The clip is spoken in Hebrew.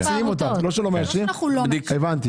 הצבעה בעד, 5 נגד, אין נמנעים, אין